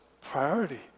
priority